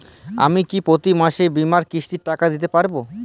আমি কি প্রতি মাসে বীমার কিস্তির টাকা দিতে পারবো?